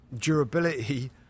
durability